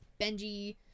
Benji